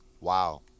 Wow